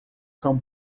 cão